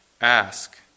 Ask